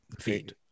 feet